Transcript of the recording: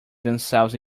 themselves